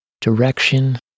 direction